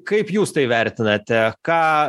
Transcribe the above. kaip jūs tai vertinate ką